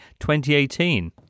2018